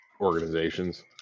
organizations